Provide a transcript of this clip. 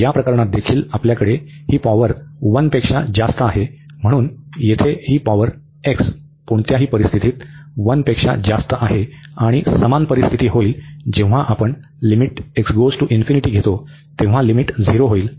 तर या प्रकरणात देखील आपल्याकडे ही पॉवर 1 पेक्षा जास्त आहे म्हणून येथे ही पॉवर x कोणत्याही परिस्थितीत 1 पेक्षा जास्त आहे आणि समान परिस्थिती होईल जेव्हा आपण घेतो तेव्हा लिमिट 0 होईल